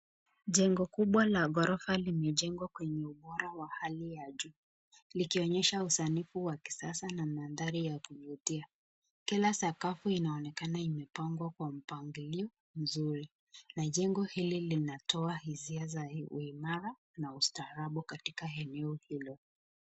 Jengo kubwa la gorofa imejengwa kwenye ubora wa hali ya juu. Likionyesha usanifu wa kisasa na mahadhari ya kuvutia. Kila sakafu inaonekana imepangwa kwa mpangilio mzuri. Na jengo hii linatoa hisia za uimara na ustaarabu katika eneo hilo.